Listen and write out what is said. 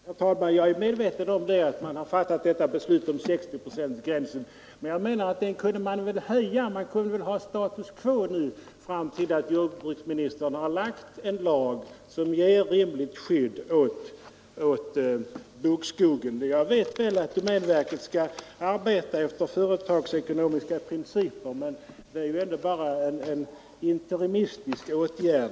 Herr talman! Jag är medveten om att man fattat ett beslut om 60 procent men jag anser att man skulle kunna höja denna gräns. Man kunde ha status quo fram till dess att jordbruksministern presenterat ett lagförslag som ger ett rimligt skydd åt bokskogen. Jag vet att domänverket måste arbeta efter företagsekonomiska principer, men här gäller det ju bara en interimistisk åtgärd.